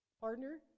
partner